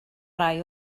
rai